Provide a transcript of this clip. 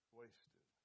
wasted